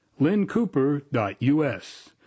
lynncooper.us